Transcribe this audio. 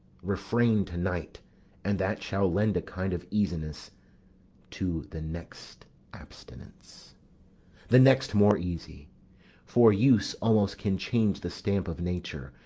refrain to-night and that shall lend a kind of easiness to the next abstinence the next more easy for use almost can change the stamp of nature,